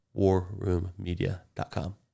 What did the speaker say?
warroommedia.com